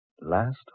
Last